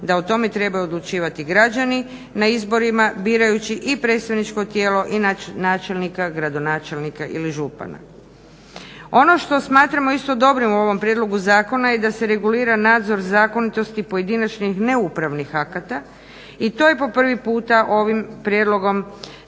da o tome trebaju odlučivati građani na izborima birajući i predstavničko tijelo i načelnika, gradonačelnika ili župana. Ono što smatramo isto dobrim u ovom prijedlogu zakona je da se regulira nadzor zakonitosti pojedinačnih neupravnih akata i to je po prvi puta ovim prijedlogom